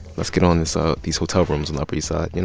let's get on this ah these hotel rooms on the upper east side, you know